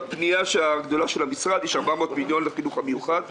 בפנייה הגדולה של המשרד יש 400 מיליון שקל לחינוך המיוחד,